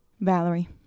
Valerie